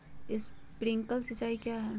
Sprinkler सिंचाई क्या है?